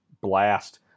blast